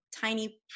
tiny